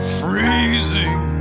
freezing